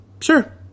Sure